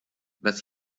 was